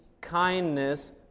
kindness